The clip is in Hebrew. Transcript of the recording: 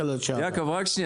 יושב ראש ועדת הכלכלה לשעבר.